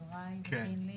יוראי וקינלי.